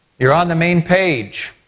you're on the main page.